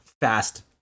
fast